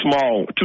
small